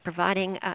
providing